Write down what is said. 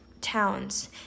towns